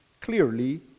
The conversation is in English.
clearly